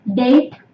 date